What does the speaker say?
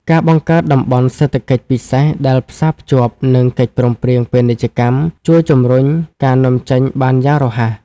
ការបង្កើតតំបន់សេដ្ឋកិច្ចពិសេសដែលផ្សារភ្ជាប់នឹងកិច្ចព្រមព្រៀងពាណិជ្ជកម្ម ជួយជំរុញការនាំចេញបានយ៉ាងរហ័ស។